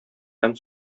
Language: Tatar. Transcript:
һәм